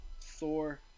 Thor